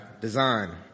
design